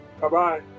Bye-bye